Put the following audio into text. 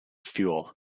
fuel